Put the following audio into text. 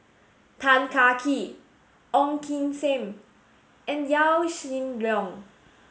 Tan Kah Kee Ong Kim Seng and Yaw Shin Leong